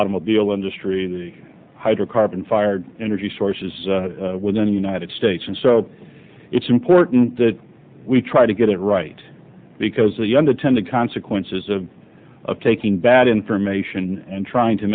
automobile industry the hydrocarbon fired energy sources within the united states and so it's important that we try to get it right because the young to ten the consequences of of taking bad information and trying to